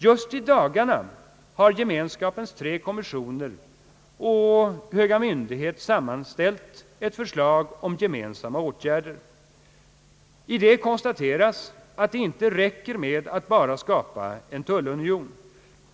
Just i dasarna har gemenskapens tre kommissioner och »höga myndighet» ställt samman ett förslag om gemensamma åtgärder. Det konstateras däri att det inte räcker med att bara skapa en tullunion.